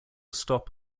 stop